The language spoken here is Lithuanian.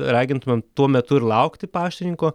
ragintumėm tuo metu ir laukti paštininko